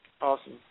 Awesome